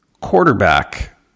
Quarterback